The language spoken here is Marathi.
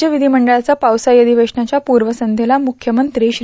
राज्य विधीमंडळाचं पावसाळी अधिवेशनाच्या पूर्व संघ्येला मुख्यमंत्री श्री